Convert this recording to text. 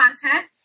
content